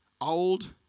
old